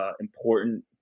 important